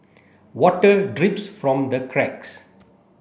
water drips from the cracks